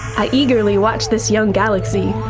i eagerly watch this young galaxy.